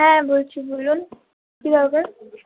হ্যাঁ বলছি বলুন কী ব্যাপার